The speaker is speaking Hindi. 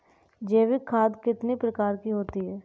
जैविक खाद कितने प्रकार की होती हैं?